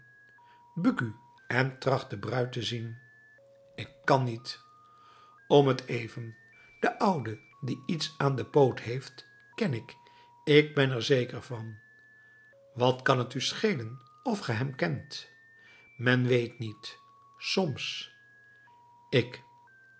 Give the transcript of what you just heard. buk u en tracht de bruid te zien ik kan niet om t even den oude die iets aan den poot heeft ken ik ik ben er zeker van wat kan t u schelen of ge hem kent men weet niet soms ik